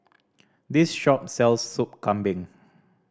this shop sells Sup Kambing